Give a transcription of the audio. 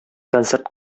концерт